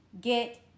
get